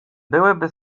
byłyby